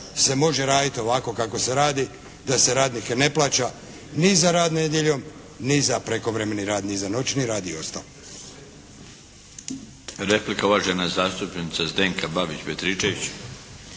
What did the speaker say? se može raditi ovako kako se radi da se radnike ne plaća ni za rad nedjeljom, ni za prekovremeni rad ni za noćni rad i ostalo. **Milinović, Darko (HDZ)** Replika, uvažena zastupnica Zdenka Babić Petričević.